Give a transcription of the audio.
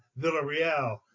Villarreal